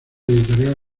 editorial